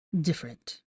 different